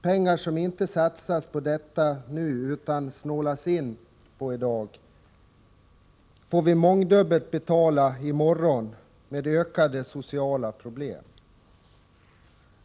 Pengar som inte satsas på detta utan som det snålas in på i dag får vi mångdubbelt betala i morgon med ökade sociala problem.